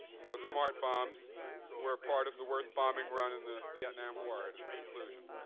and those smart bombs were a part of the worst bombing run in the vietnam war at its conclusion.